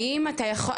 האם אתה יכול,